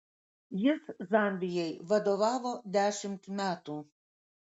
jis zambijai vadovavo dešimt metų